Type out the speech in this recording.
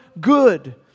good